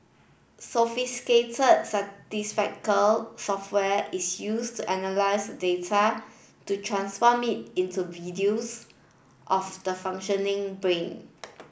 sophisticated Statistical software is used to analyse the data to transform it into videos of the functioning brain